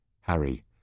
Harry